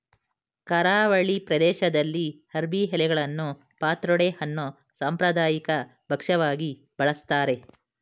ಕರಾವಳಿ ಪ್ರದೇಶ್ದಲ್ಲಿ ಅರ್ಬಿ ಎಲೆಗಳನ್ನು ಪತ್ರೊಡೆ ಅನ್ನೋ ಸಾಂಪ್ರದಾಯಿಕ ಭಕ್ಷ್ಯವಾಗಿ ಬಳಸ್ತಾರೆ